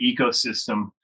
ecosystem